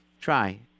Try